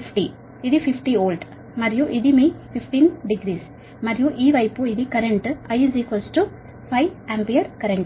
50 ఇది 50 వోల్ట్ మరియు ఇది మీ 15 డిగ్రీలు మరియు ఈ వైపు ఇది కరెంట్ I 5 ఆంపియర్ కరెంట్